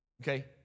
Okay